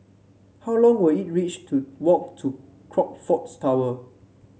how long will it reach to walk to Crockfords Tower